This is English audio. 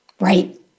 Right